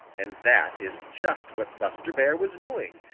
and that is just what buster bear was doing,